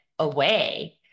away